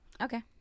Okay